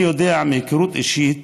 אני יודע מהיכרות אישית